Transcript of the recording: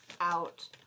out